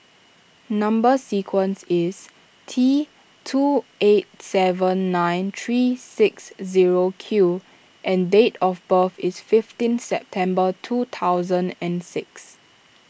Number Sequence is T two eight seven nine three six zero Q and date of birth is fifteen September two thousand and six